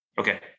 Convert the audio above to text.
Okay